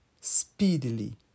speedily